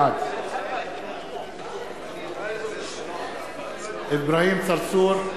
בעד אברהים צרצור,